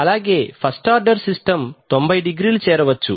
అలాగే first order system 90 డిగ్రీలు చేరవచ్చు